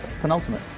Penultimate